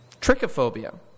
trichophobia